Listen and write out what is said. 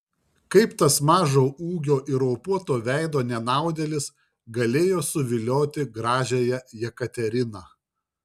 kaip tas mažo ūgio ir raupuoto veido nenaudėlis galėjo suvilioti gražiąją jekateriną